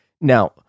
Now